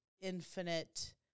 infinite